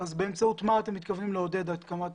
אז באמצעות מה אתם מתכוונים לעודד הקמה?